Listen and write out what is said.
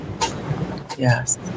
yes